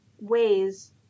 ways